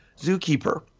zookeeper